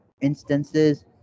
instances